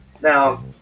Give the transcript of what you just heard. Now